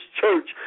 church